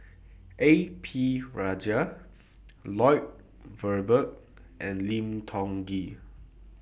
A P Rajah Lloyd Valberg and Lim Tiong Ghee